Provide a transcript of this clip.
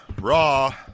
Raw